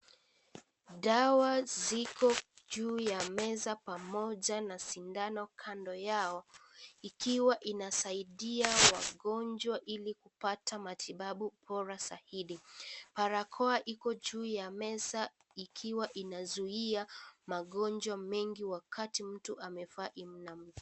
Dawa ziko juu ya meza pamoja na sindano kando yao ikiwa inasaidia Wagonjwa ili kupata matibabu bora zaidi barakoa iko juu ya meza ikiwa inazuia magonjwa mengi wakati mtu amevaa.